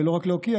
ולא רק להוקיע,